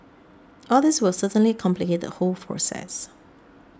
all these will certainly complicate the whole process